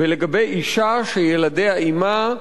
ולגבי אשה שילדיה עמה,